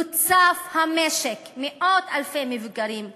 יוצף המשק במאות-אלפי מבוגרים עניים,